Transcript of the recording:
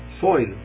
soil